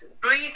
Breathing